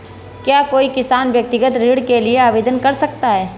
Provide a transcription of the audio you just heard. क्या कोई किसान व्यक्तिगत ऋण के लिए आवेदन कर सकता है?